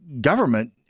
government